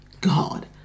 God